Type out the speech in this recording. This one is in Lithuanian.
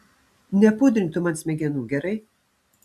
nepudrink tu man smegenų gerai